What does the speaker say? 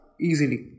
easily